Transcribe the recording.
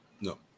No